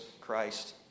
Christ